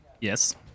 Yes